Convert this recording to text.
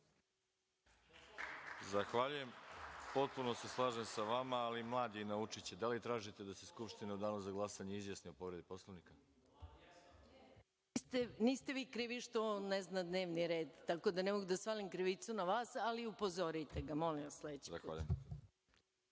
Zahvaljujem. Potpuno se slažem sa vama, ali mlad je naučiće. Da li tražite da se Skupština u danu za glasanje izjasni o povredi Poslovnika? **Maja Gojković** Niste vi krivi što on ne zna dnevni red, tako da ne mogu da svalim krivicu na vas, ali upozorite ga, molim vas sledeći put.